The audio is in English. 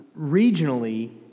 regionally